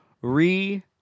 re